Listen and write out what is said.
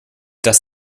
dass